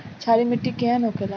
क्षारीय मिट्टी केहन होखेला?